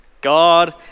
God